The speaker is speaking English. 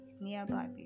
nearby